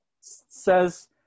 says